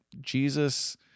Jesus